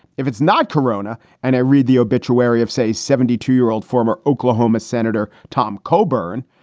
if it's not corona and i read the obituary of, say, seventy two year old former oklahoma senator tom coburn.